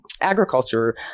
agriculture